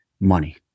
Money